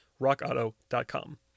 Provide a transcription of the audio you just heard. rockauto.com